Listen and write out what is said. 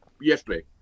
yesterday